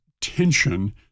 tension